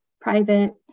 private